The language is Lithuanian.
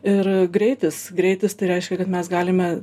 ir greitis greitis tai reiškia kad mes galime